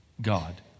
God